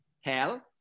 Hell